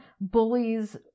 bullies